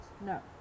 No